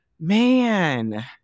Man